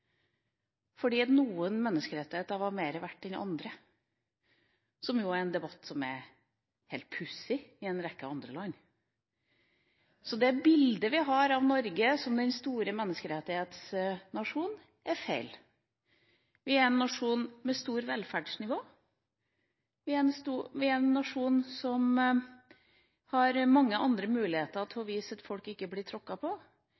fordi noen menneskerettigheter var mer verdt enn andre. Dette er en debatt som er helt pussig i en rekke andre land. Det bildet vi har av Norge som den store menneskerettighetsnasjonen, er feil. Vi er en nasjon med høyt velferdsnivå. Vi er en nasjon som har mange andre muligheter til å vise at folk ikke blir tråkket på,